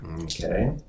Okay